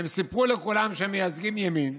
הם סיפרו לכולם שהם מייצגים ימין,